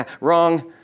Wrong